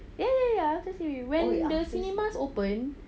eh ah after C_B when the cinemas open